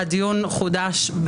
הדיון חודש,